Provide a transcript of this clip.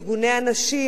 ארגוני הנשים,